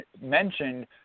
mentioned